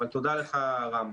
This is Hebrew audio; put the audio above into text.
תודה לך רם.